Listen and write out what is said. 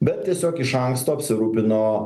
bet tiesiog iš anksto apsirūpino